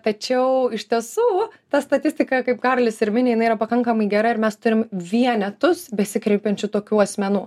tačiau iš tiesų ta statistika kaip karolis ir mini jinai yra pakankamai gera ir mes turim vienetus besikreipiančių tokių asmenų